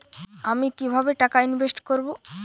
আমি কিভাবে টাকা ইনভেস্ট করব?